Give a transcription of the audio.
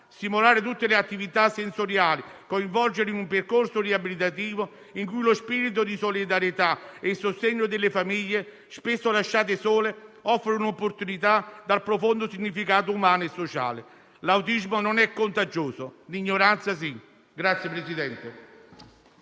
stimolare tutte le attività sensoriali, coinvolgendole in un percorso riabilitativo in cui lo spirito di solidarietà e il sostegno delle famiglie spesso lasciate sole offrono opportunità dal profondo significato umano e sociale. L'autismo non è contagioso, l'ignoranza sì.